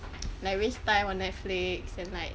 like waste time on netflix and like